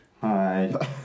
Hi